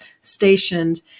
stationed